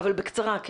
בקצרה.